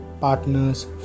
partners